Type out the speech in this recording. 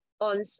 on